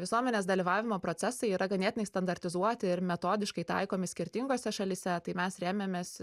visuomenės dalyvavimo procesai yra ganėtinai standartizuoti ir metodiškai taikomi skirtingose šalyse tai mes rėmėmės